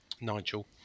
Nigel